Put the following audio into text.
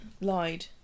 lied